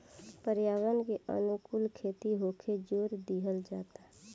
पर्यावरण के अनुकूल खेती होखेल जोर दिहल जाता